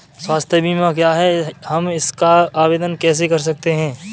स्वास्थ्य बीमा क्या है हम इसका आवेदन कैसे कर सकते हैं?